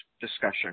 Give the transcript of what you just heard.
discussion